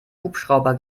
hubschrauber